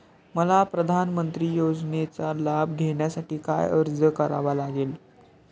मला प्रधानमंत्री योजनेचा लाभ घेण्यासाठी काय अर्ज करावा लागेल?